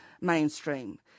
mainstream